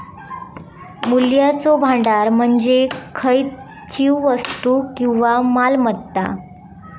मूल्याचो भांडार म्हणजे खयचीव वस्तू किंवा मालमत्ता